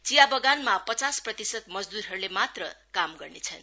चिया बगानमा पचास प्रतिशत मजदुरहरहूले मात्र काम गर्नेछन्